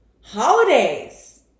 holidays